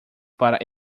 para